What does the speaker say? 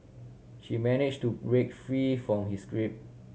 she managed to break free from his grip